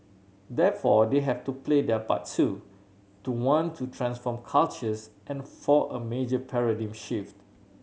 therefore they have to play their part too to want to transform cultures and for a major paradigm shift